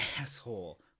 asshole